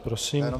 Prosím.